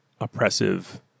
oppressive